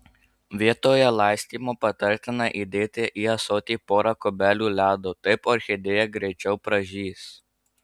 vietoje laistymo patartina įdėti į ąsotį pora kubelių ledo taip orchidėja greičiau pražys